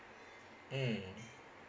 mm